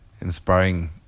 inspiring